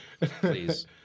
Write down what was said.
please